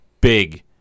Big